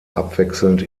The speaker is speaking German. abwechselnd